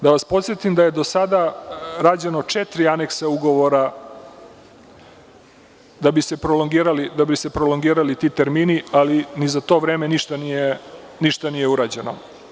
Da vas podsetim da su do sada rađena četiri aneksa ugovora da bi se prolongirali ti termini, ali ni za to vreme ništa nije urađeno.